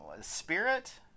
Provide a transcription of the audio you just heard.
spirit